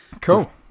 cool